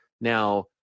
Now